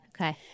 Okay